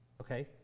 Okay